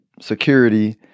security